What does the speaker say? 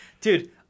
Dude